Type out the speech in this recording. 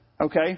Okay